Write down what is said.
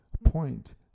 point